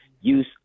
use